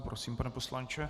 Prosím, pane poslanče.